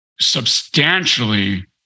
substantially